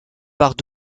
part